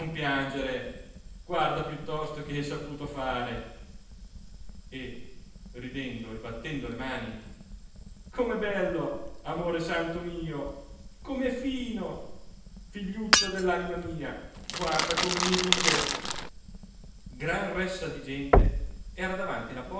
piangere guarda piuttosto che hai saputo fare e ridendo e battendo le mani com'è bello amore santo mio com'è fino figliuccio dell'anima mia guarda come mi ride gran ressa di gente era davanti la